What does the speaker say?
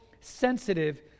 sensitive